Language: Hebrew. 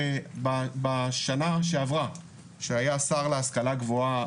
בשנה שעברה שהיה השר להשכלה גבוהה,